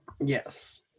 Yes